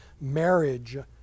marriage